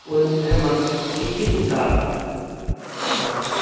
ओहिमे मतलब कि कि सुविधा अइ मत